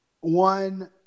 one